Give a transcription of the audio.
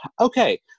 okay